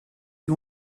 you